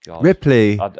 Ripley